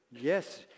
Yes